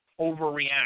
overreact